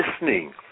listening